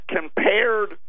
compared